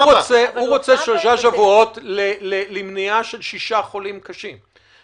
הוא רוצה שלושה שבועות למניעה של 6 חולים קשים.